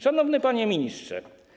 Szanowny Panie Ministrze!